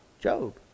Job